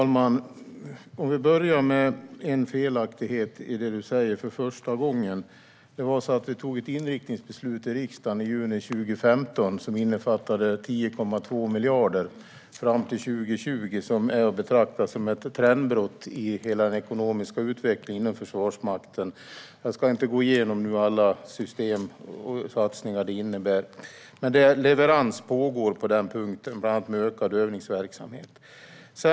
Herr talman! Vi börjar med en felaktighet i det du säger om för första gången. Vi fattade ett inriktningsbeslut i riksdagen i juni 2015 som innefattade 10,2 miljarder fram till 2020 som är att betrakta som ett trendbrott i hela den ekonomiska utvecklingen inom Försvarsmakten. Jag ska nu inte gå igenom alla de systemsatsningar det innebär. Leverans pågår på den punkten med bland annat ökad övningsverksamhet.